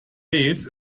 wales